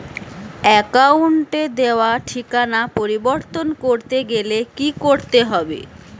অ্যাকাউন্টে দেওয়া ঠিকানা পরিবর্তন করতে গেলে কি করতে হবে?